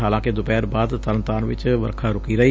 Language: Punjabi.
ਹਾਲਾਂਕਿ ਦੁਪਹਿਰ ਬਾਅਦ ਤਰਨਤਾਰਨ ਚ ਵਰਖਾ ਰੁਕੀ ਰਹੀ